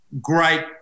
great